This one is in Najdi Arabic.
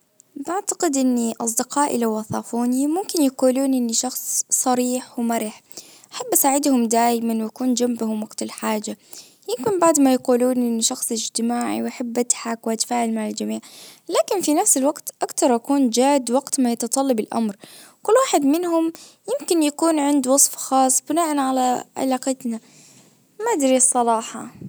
بعتقد اني اصدقائي لو وصفوني ممكن يقولون اني شخص صريح ومرح. احب اساعدهم دايما واكون جنبهم وقت الحاجة. يمكن بعد ما يقولون اني شخص اجتماعي واحب اضحك واتفاعل مع الجميع. لكن في نفس الوقت اكثر اكون جاد وقت ما يتطلب الامر. كل واحد منهم يمكن يكون عنده وصف خاص بناء على علاقتنا. ما ادري الصراحة.